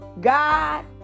God